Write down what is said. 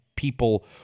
People